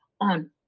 on